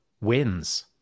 wins